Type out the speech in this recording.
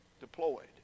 deployed